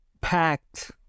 packed